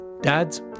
dads